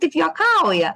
tik juokauja